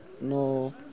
no